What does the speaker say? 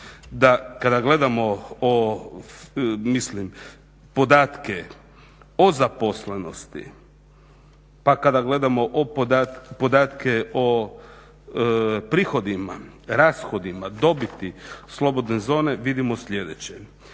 o, mislim, podatke o zaposlenosti pa kada gledamo podatke o prihodima, rashodima, dobiti slobodne zone, vidimo sljedeće.